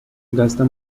gasta